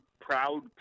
proud